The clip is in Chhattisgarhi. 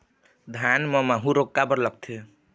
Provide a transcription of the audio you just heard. धान म माहू रोग काबर लगथे?